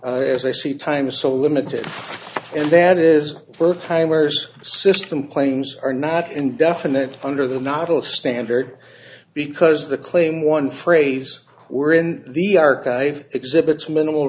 as i see time so limited and that is for primers system claims are not indefinite under the novel standard because the claim one phrase were in the archive exhibits minimal